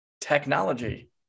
technology